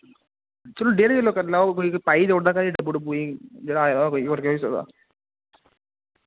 चलो डेढ़ किल्लो करी लाओ कोई पाई देई ओड़दा घरे डब्बू डुब्बू ऐं जेह्ड़ा आए दा होए कोई और केह् होई सकदा